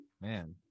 man